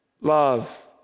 love